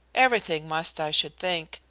everything must, i should think,